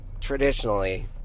traditionally